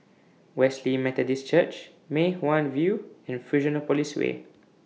Wesley Methodist Church Mei Hwan View and Fusionopolis Way